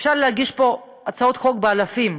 אפשר להגיש פה הצעות חוק באלפים,